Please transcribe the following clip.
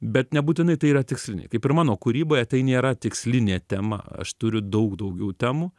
bet nebūtinai tai yra tiksliniai kaip ir mano kūryboje tai nėra tikslinė tema aš turiu daug daugiau temų